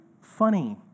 funny